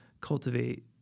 cultivate